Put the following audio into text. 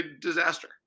disaster